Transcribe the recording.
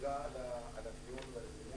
אין